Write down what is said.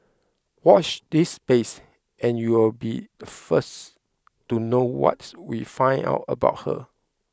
watch this space and you'll be the first to know what we find out about her